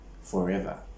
forever